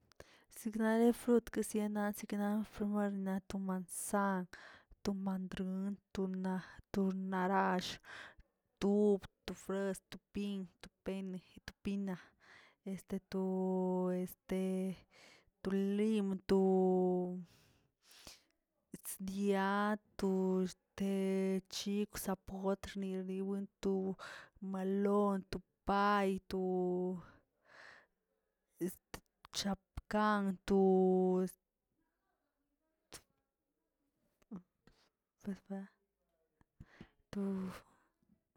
Iiknare frut siena sikna primerna to mansan, to mandrour to na to narash, to ub to fres, tu pin, to pene, pina, este to este to lim, to o dia to te chikw sapotx to diwen, to malon, to pay, o to chabkan, to